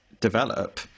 develop